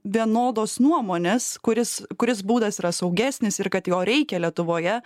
vienodos nuomonės kuris kuris būdas yra saugesnis ir kad jo reikia lietuvoje